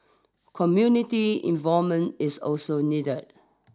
community involvement is also needed